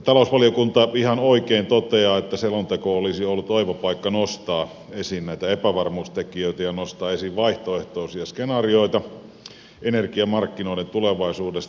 talousvaliokunta ihan oikein toteaa että selonteko olisi ollut oiva paikka nostaa esiin näitä epävarmuustekijöitä ja nostaa esiin vaihtoehtoisia skenaarioita energiamarkkinoiden tulevaisuudesta